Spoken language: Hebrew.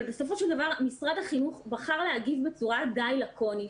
בסופו של דבר משרד החינוך בחר להגיב בצורה די לקונית,